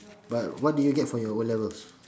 but what did you get for your O levels